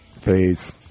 Please